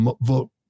vote